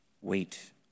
Wait